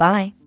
Bye